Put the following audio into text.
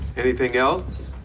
anything else?